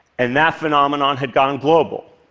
and that phenomenon had gone global.